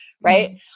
right